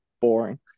boring